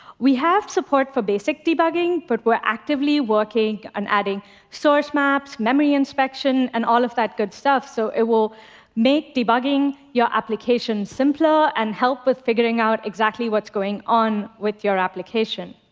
we have support for basic debugging, but we're actively working on adding source maps, memory inspection, and all of that good stuff. so it will make debugging your application simpler and help with figuring out exactly what's going on with your application.